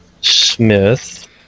Smith